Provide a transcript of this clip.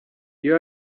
iyo